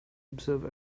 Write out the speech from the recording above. observe